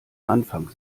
anfang